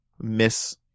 Miss